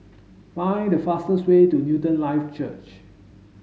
find the fastest way to Newton Life Church